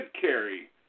carry